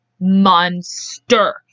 monster